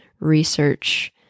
research